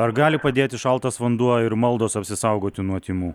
ar gali padėti šaltas vanduo ir maldos apsisaugoti nuo tymų